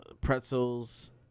Pretzels